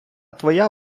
твоя